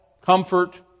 comfort